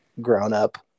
grown-up